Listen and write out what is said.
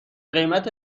قیمت